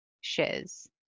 shiz